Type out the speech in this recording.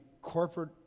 corporate